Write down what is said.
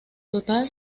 total